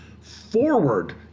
forward